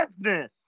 business